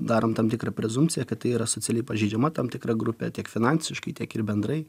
darom tam tikrą prezumpciją kad tai yra socialiai pažeidžiama tam tikra grupė tiek finansiškai tiek ir bendrai